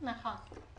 נכון.